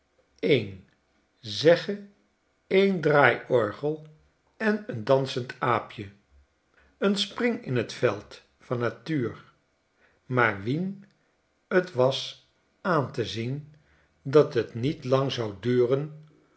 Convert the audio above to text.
een zegge een draaiorgel en een dansend aapje een springing veld van natuur maar wien twas aan te zien dat t niet lang zou duren